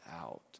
out